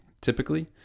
typically